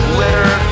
litter